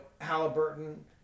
Halliburton